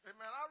Amen